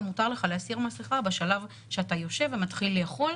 ומותר לך להסיר מסכה בשלב שאתה יושב ומתחיל לאכול,